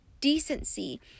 decency